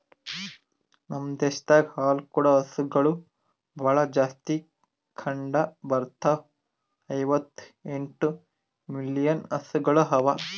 ನಮ್ ದೇಶದಾಗ್ ಹಾಲು ಕೂಡ ಹಸುಗೊಳ್ ಭಾಳ್ ಜಾಸ್ತಿ ಕಂಡ ಬರ್ತಾವ, ಐವತ್ತ ಎಂಟು ಮಿಲಿಯನ್ ಹಸುಗೊಳ್ ಅವಾ